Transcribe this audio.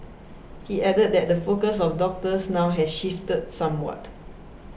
he added that the focus of doctors now has shifted somewhat